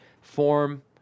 form